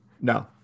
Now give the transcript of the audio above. No